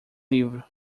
livro